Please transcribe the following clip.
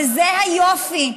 וזה היופי.